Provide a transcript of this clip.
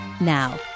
Now